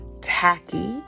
tacky